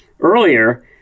earlier